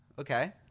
okay